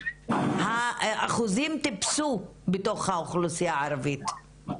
האחוזים טיפסו בתוך האוכלוסייה הערבית.